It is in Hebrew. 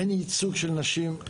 אין ייצוג של נשים,